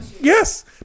Yes